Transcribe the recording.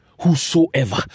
whosoever